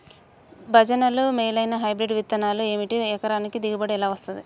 భజనలు మేలైనా హైబ్రిడ్ విత్తనాలు ఏమిటి? ఎకరానికి దిగుబడి ఎలా వస్తది?